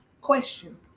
Question